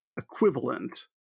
equivalent